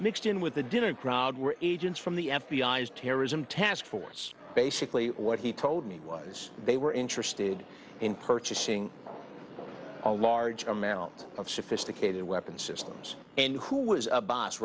mixed in with the dinner crowd were agents from the f b i as terrorism task force basically what he told me was they were interested in purchasing a large amount of sophisticated weapons systems and who was a boss